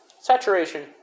Saturation